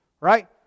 right